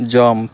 jump